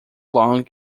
long